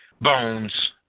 bones